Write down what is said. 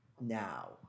now